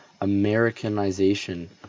Americanization